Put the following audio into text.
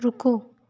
रुको